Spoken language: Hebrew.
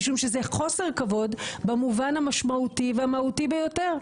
משום זה חוסר כבוד במובן המשמעותי והמהותי ביותר.